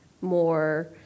more